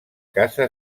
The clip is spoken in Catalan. casa